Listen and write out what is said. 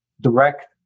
direct